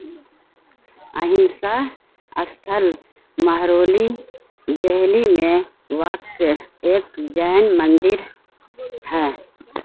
اہنسا استھل مہرولی دہلی میں واقع ایک جین مندر ہے